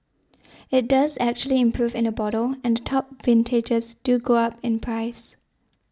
it does actually improve in the bottle and the top vintages do go up in price